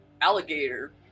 Alligator